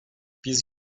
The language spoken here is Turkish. biz